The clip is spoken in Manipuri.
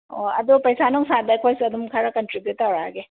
ꯑꯣ ꯑꯗꯣ ꯄꯩꯁꯥ ꯅꯨꯡꯁꯥꯗꯨ ꯑꯩꯈꯣꯏꯁꯨ ꯑꯗꯨꯝ ꯈꯔ ꯀꯟꯇ꯭ꯔꯤꯕꯤꯌꯨꯠ ꯇꯧꯔꯑꯛꯒꯦ